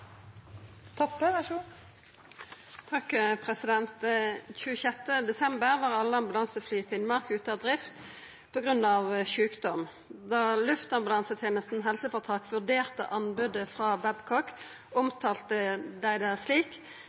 desember var alle ambulansefly i Finnmark ute av drift på grunn av sykdom. Da Luftambulansetjenesten HF vurderte anbudet fra Babcock, omtalte de det slik: